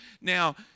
Now